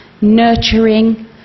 nurturing